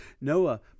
Noah